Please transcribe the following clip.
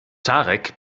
tarek